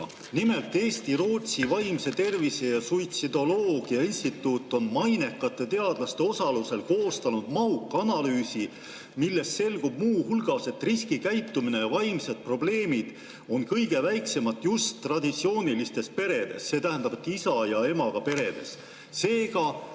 Nimelt, Eesti-Rootsi Vaimse Tervise ja Suitsidoloogia Instituut on mainekate teadlaste osalusel koostanud mahuka analüüsi, millest selgub muu hulgas, et riskikäitumine ja vaimsed probleemid on kõige väiksemad just traditsioonilistes peredes, see tähendab isa ja emaga peredes.